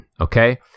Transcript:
okay